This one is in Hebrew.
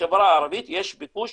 בחברה הערבית יש ביקוש